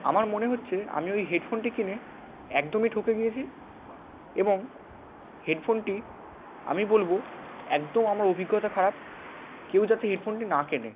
আমার মনে হচ্ছে আমি ওই হেডফোনটি কিনে একদমই ঠকে গিয়েছি এবং হেডফোনটি আমি বলবো একদম আমার অভিজ্ঞতা খারাপ কেউ যাতে হেডফোনটি না কেনে